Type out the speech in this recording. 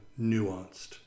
nuanced